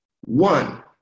one